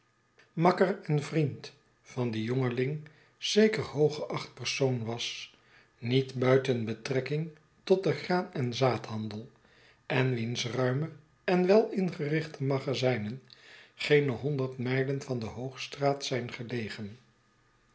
makker en vriend van dien jongeling zeker hooggeacht persoon was niet buiten betrekking tot den graan en zaadhandel en wiens ruime en welingerichte magazynen geene honderd mijlen van de hoogstraat zijn gelegen